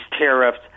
tariffs